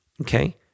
okay